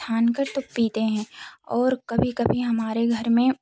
छानकर तब पीते हैं और कभी कभी हमारे घर में